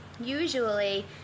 usually